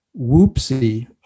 whoopsie